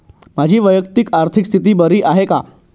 माझी वैयक्तिक आर्थिक स्थिती बरी आहे का?